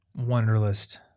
Wonderlist